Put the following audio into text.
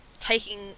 taking